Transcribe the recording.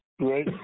Right